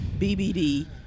BBD